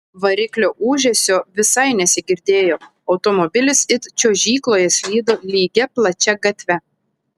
variklio ūžesio visai nesigirdėjo automobilis it čiuožykloje slydo lygia plačia gatve